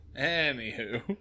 Anywho